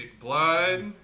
blood